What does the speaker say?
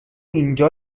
اینجا